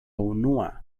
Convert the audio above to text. unua